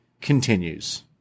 continues